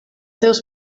seus